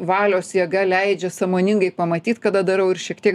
valios jėga leidžia sąmoningai pamatyt kada darau ir šiek tiek